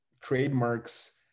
trademarks